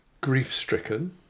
grief-stricken